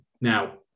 Now